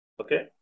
Okay